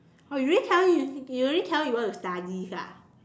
oh you already tell you already tell you want to study ah